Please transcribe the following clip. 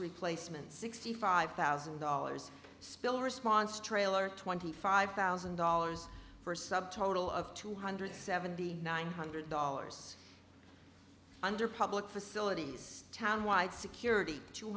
replacements sixty five thousand dollars spill response trailer twenty five thousand dollars for a sub total of two hundred seventy nine hundred dollars under public facilities town wide security two